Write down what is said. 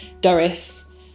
Doris